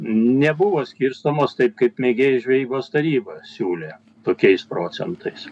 nebuvo skirstomos taip kaip mėgėjų žvejybos taryba siūlė tokiais procentais